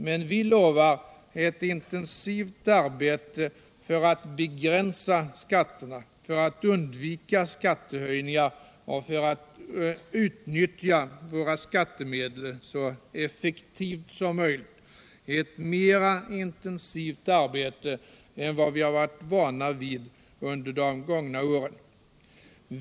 Men vi lovar ett intensivt arbete för att begränsa skatterna, för att undvika skattehöjningar och för att utnyttja våra skattemedel så effektivt som möjligt — ett mera intensivt arbete än vi har varit vana vid under de gångna åren.